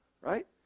right